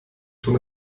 schon